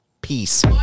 Peace